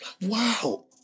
Wow